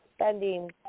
spending